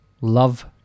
love